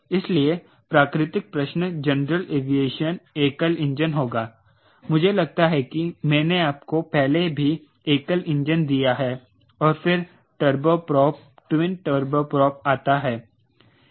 इसलिए प्राकृतिक प्रश्न जनरल एविएशन एकल इंजन होगा मुझे लगता है कि मैंने आपको पहले भी एकल इंजन दिया है और फिर turbo prop twin turbo prop आता है